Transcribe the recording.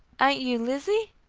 ain't you lizzie?